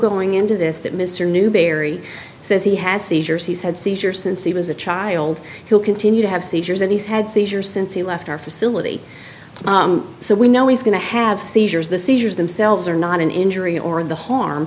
going into this that mr newberry says he has seizures he's had seizures since he was a child he'll continue to have seizures and he's had seizures since he left our facility so we know he's going to have seizures the seizures themselves are not an injury or the harm